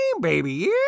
baby